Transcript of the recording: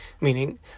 Meaning